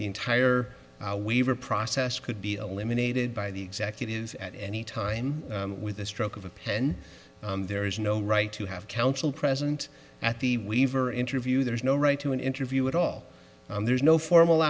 entire waiver process could be eliminated by the executive at any time with the stroke of a pen there is no right to have counsel present at the weaver interview there is no right to an interview at all there's no formal